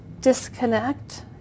disconnect